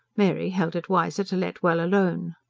mary held it wiser to let well alone.